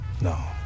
No